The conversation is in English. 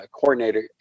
coordinator